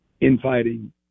infighting